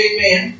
Amen